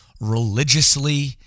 religiously